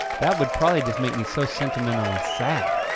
that would probably just make me so sentimental and sad.